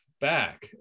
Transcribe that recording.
back